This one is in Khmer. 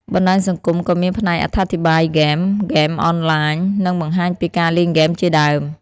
បណ្តាញសង្គមក៏មានផ្នែកអត្ថាធិប្បាយហ្គេម ហ្គេមអនឡាញ និងបង្ហាញពីការលេងហ្គេមជាដើម។